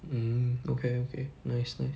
mm okay okay nice nice